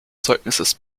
zeugnisses